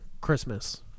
Christmas